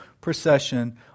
procession